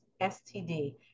STD